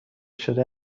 شده